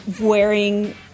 wearing